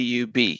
Dub